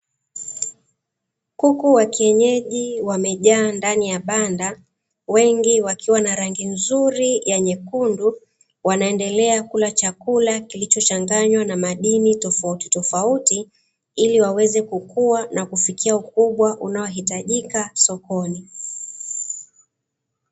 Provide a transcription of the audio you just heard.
Kuku wa kienyeji wamejaa ndani ya banda, wengi wakiwa na rangi nzuri ya nyekundu, wanaendelea kula chakula kilichochanganywa na madini tofauti tofauti ili waweze kukua na kufikia ukubwa unaohitajika sokoni.